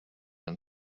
and